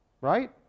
Right